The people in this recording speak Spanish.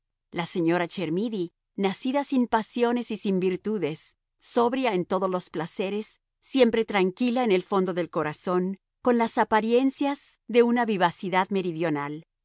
la señora chermidy nacida sin pasiones y sin virtudes sobria en todos los placeres siempre tranquila en el fondo del corazón con las apariencias de una vivacidad meridional